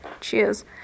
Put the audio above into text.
cheers